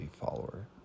follower